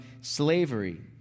slavery